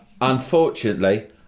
Unfortunately